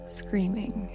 screaming